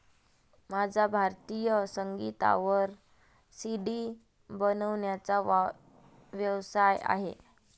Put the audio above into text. माझा भारतीय संगीतावर सी.डी बनवण्याचा व्यवसाय आहे